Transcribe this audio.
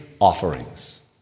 offerings